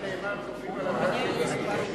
על זה נאמר כופים עליו הר כגיגית.